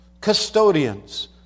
custodians